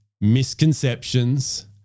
misconceptions